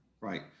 right